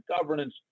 governance